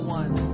one